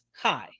high